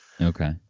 Okay